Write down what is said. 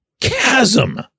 chasm